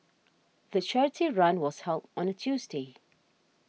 the charity run was held on a Tuesday